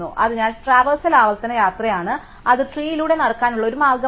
അതിനാൽ ട്രാവർസൽ ആവർത്തന യാത്രയാണ് അത് ട്രീയിലൂടെ നടക്കാനുള്ള ഒരു മാർഗമാണ്